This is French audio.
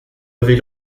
lever